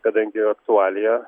kadangi aktualija